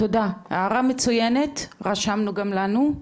תודה, הערה מצוינת, רשמנו גם לנו.